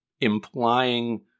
implying